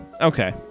okay